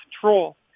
control